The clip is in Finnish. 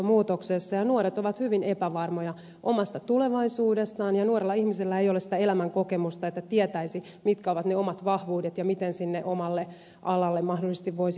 nuoret ovat hyvin epävarmoja omasta tulevaisuudestaan ja nuorella ihmisellä ei ole sitä elämänkokemusta että tietäisi mitkä ovat ne omat vahvuudet ja miten sinne omalle alalle mahdollisesti voisi kouluttautua